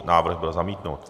Návrh byl zamítnut.